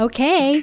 Okay